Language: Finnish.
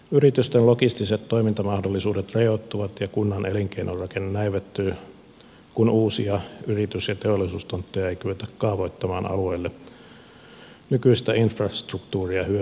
yritysten logistiset toimintamahdollisuudet rajoittuvat ja kunnan elinkeinorakenne näivettyy kun uusia yritys ja teollisuustontteja ei kyetä kaavoittamaan alueelle nykyistä infrastruktuuria hyödyntämällä